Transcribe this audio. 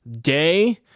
day